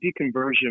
deconversion